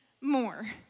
more